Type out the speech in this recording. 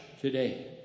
today